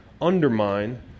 undermine